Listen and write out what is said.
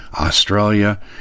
Australia